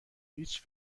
هیچ